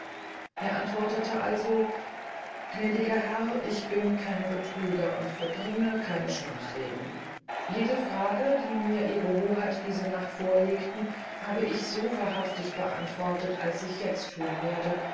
er antwortete also gnädiger herr ich bin kein betrüger und verdiene keine schmachreden jede frage die mir ihre hoheit diese nacht vorlegten habe ich so wahrhaftig beantwortet als ich jetzt thun werde